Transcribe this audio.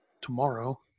tomorrow